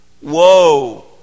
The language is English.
Whoa